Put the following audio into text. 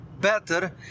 better